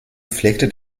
pflegte